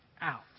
out